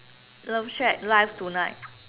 love shack live tonight